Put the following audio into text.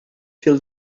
feel